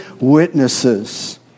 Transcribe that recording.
witnesses